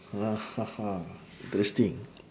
interesting